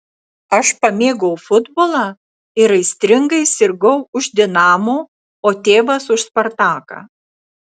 aš pamėgau futbolą ir aistringai sirgau už dinamo o tėvas už spartaką